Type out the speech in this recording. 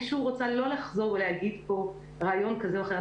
אני שוב רוצה לא לחזור ולהגיד פה רעיון כזה או אחר.